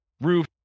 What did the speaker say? roof